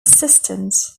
assistants